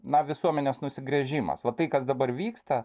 na visuomenės nusigręžimas va tai kas dabar vyksta